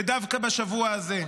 ודווקא בשבוע הזה,